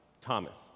Thomas